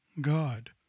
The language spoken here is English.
God